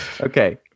Okay